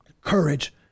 courage